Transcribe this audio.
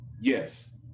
Yes